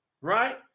right